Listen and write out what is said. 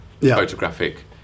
photographic